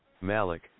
Malik